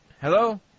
hello